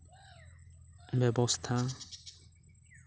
ᱵᱮᱵᱚᱥᱛᱷᱟ